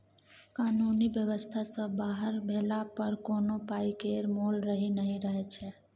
कानुनी बेबस्था सँ बाहर भेला पर कोनो पाइ केर मोल नहि रहय छै